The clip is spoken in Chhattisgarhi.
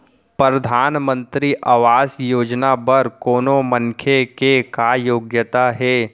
परधानमंतरी आवास योजना बर कोनो मनखे के का योग्यता हे?